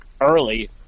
early